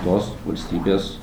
tos valstybės